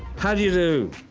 how do you do?